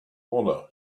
honor